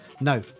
No